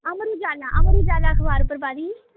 अमर उजाला अमर उजाला अखबार पर पाई दी ही